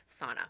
sauna